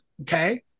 Okay